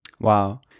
Wow